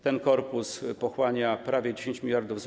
Ten korpus pochłania prawie 10 mld zł.